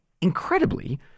incredibly